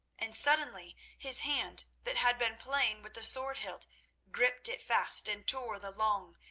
and suddenly his hand that had been playing with the sword-hilt gripped it fast, and tore the long,